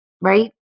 right